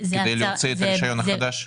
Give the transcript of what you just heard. כדי להוציא את הרישיון החדש.